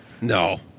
No